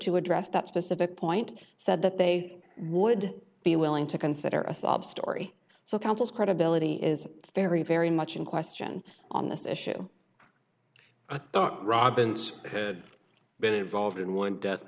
to address that specific point said that they would be willing to consider a sob story so counsel's credibility is very very much in question on this issue i thought robinson who had been involved in one death